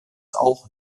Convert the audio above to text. auch